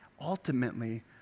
Ultimately